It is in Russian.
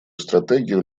стратегию